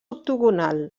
octogonal